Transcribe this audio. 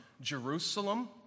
Jerusalem